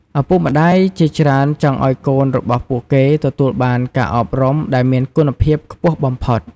ឪពុកម្តាយជាច្រើនចង់ឱ្យកូនរបស់ពួកគេទទួលបានការអប់រំដែលមានគុណភាពខ្ពស់បំផុត។